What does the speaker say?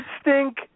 stink